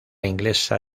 inglesa